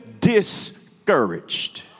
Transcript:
discouraged